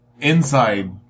Inside